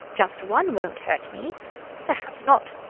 just one won't hurt me perhaps not.